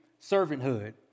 servanthood